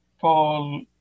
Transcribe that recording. Paul